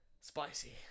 Spicy